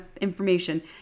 information